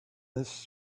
this